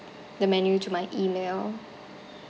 the menu to my email